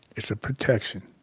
it's a protection.